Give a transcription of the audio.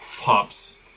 pops